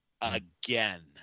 again